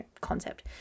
concept